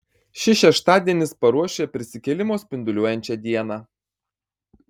šis šeštadienis paruošia prisikėlimo spinduliuojančią dieną